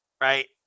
right